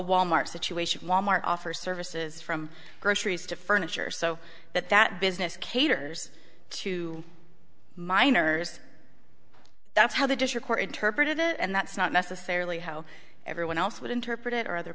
wal mart situation wal mart offers services from groceries to furniture so that that business caters to minors that's how the dish or court interpreted it and that's not necessarily how everyone else would interpret it or other